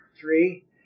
three